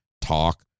talk